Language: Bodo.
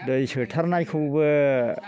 दै सोथारनायखौबो